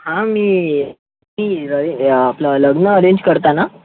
हा मी र आपलं लग्न अरेंज करता ना